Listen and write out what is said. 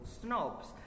snobs